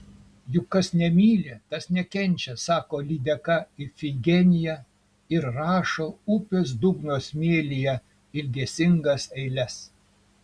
juk kas nemyli tas nekenčia sako lydeka ifigenija ir rašo upės dugno smėlyje ilgesingas eiles